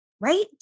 right